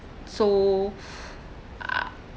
so ah